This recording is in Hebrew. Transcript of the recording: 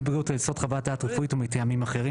בריאות או על יסוד חוות דעת רפואית או מטעמים אחרים'.